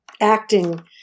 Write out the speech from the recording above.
acting